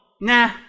nah